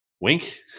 Wink